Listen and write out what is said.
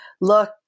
look